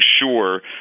sure